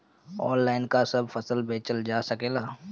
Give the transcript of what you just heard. Online का सब फसल बेचल जा सकेला?